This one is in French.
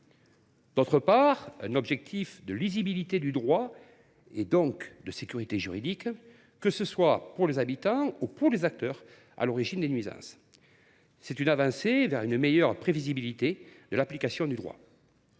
d’autre part, un objectif de lisibilité du droit et, partant, de sécurité juridique, que ce soit pour les habitants ou pour les acteurs à l’origine des nuisances. C’est une avancée vers une meilleure prévisibilité de l’application du droit.